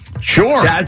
Sure